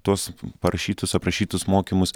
tuos parašytus aprašytus mokymus